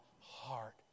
heart